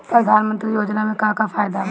प्रधानमंत्री योजना मे का का फायदा बा?